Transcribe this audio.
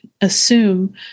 assume